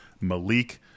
Malik